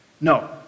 No